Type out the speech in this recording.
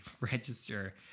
register